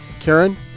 Karen